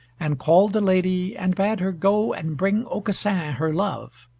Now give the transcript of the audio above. and called the lady and bade her go and bring aucassin her love,